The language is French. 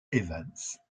evans